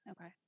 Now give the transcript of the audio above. Okay